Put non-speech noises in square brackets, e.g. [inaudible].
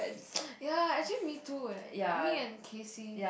[noise] ya actually me too eh me and Casie